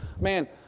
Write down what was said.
man